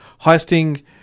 heisting